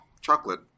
chocolate